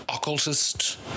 Occultist